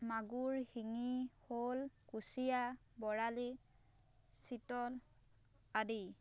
মাগুৰ শিঙি শ'ল কুচিয়া বৰালি চিতল আদি